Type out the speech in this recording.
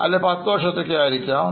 അല്ലെങ്കിൽ പത്തുവർഷത്തേക്ക്ആയിരിക്കാം